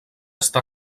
està